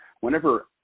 whenever